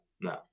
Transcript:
no